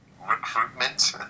recruitment